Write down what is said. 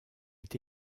est